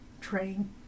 train